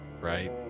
right